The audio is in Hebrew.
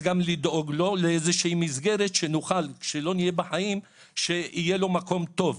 לדאוג לו למסגרת שכשלא נהיה בחיים יהיה לו מקום טוב.